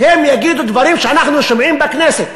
הם יגידו דברים שאנחנו שומעים בכנסת.